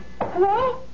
Hello